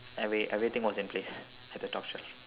every~ everything was in place at the top shelf